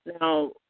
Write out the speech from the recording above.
Now